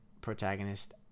protagonist